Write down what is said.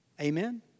Amen